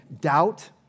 doubt